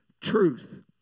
truth